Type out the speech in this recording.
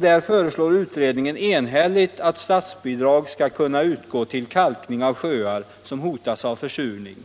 Där föreslår utredningen enhälligt att statsbidrag skall kunna utgå till kalkning av sjöar som hotas av försurning.